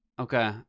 Okay